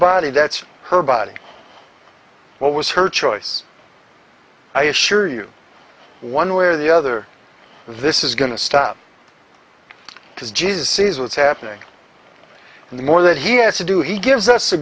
body that's her body what was her choice i assure you one way or the other this is going to stop because jesus sees what's happening and the more that he has to do he gives us